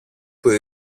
που